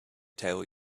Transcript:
tell